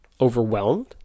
overwhelmed